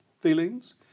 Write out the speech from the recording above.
feelings